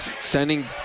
sending